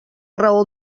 raó